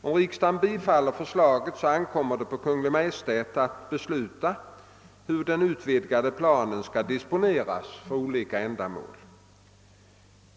Om riksdagen bifaller förslaget, ankommer det på Kungl. Maj:t att besluta hur den utvidgade planen skall disponeras för olika ändamål.